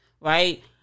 right